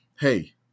hey